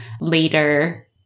later